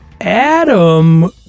Adam